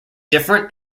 different